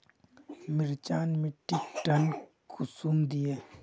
मिर्चान मिट्टीक टन कुंसम दिए?